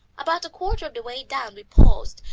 about a quarter of the way down we paused,